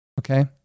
okay